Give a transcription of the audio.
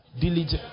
Diligent